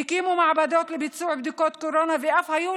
הקימו מעבדות לביצוע בדיקות קורונה ואף היו